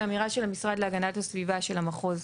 זו אמירה של המשרד להגנת הסביבה של המחוז,